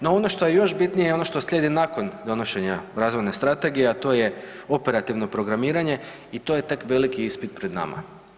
No, ono što je još bitnije i ono što slijedi nakon donošenja Razvojne strategije, a to je operativno programiranje i to je tek veliki ispit pred nama.